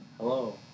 Hello